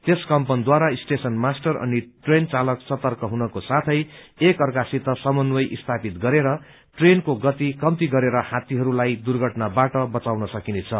त्यस कम्पनद्वारा station master अनि ट्रेन चालक सर्तक हुनको साथे एकअर्कासित समन्वय स्थापित गरेर ट्रेनको गति कम्ती गरेर हाथीहरूलाई दुर्घटनाबाट बचाउन सकिनेछ